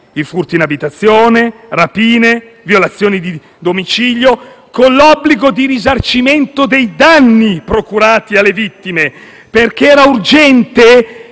i furti in abitazioni, rapine e violazioni di domicilio, con l'obbligo di risarcimento dei danni procurati alle vittime, perché era urgente